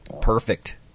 Perfect